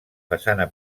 façana